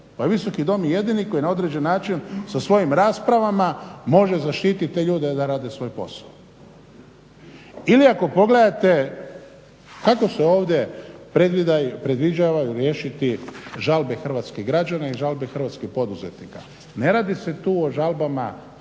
Visoki dom je jedini koji na određeni način sa svojim raspravama može zaštititi te ljude da rade svoj posao. Ili ako pogledate kako se ovdje predviđaju riješiti žalbe hrvatskih građana i žalbe hrvatskih poduzetnika. Ne radi se tu o žalbama 100 ili